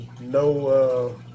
no